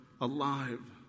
alive